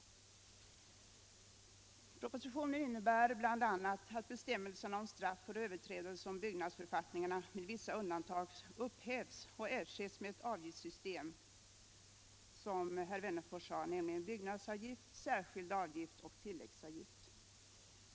Propositionen innebär bl.a. att bestämmelserna om straff för överträdelse av byggnadsförfattningarna med vissa undantag upphävs och ersätts med ett avgiftssystem, som herr Wennerfors sade, nämligen byggnadsavgift, särskild avgift och tilläggsavgift.